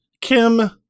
Kim